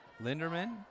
Linderman